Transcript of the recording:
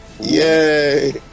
Yay